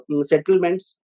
settlements